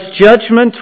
judgment